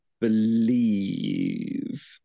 believe